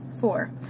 Four